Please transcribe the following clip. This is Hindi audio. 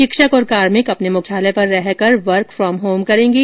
शिक्षक और कार्मिक अपने मुख्यालय पर रहकर वर्क फ्रॉम होम करेंगे